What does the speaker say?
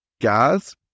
gas